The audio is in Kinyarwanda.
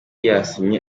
yasinye